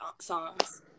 songs